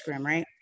right